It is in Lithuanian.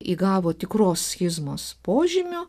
įgavo tikros schizmos požymių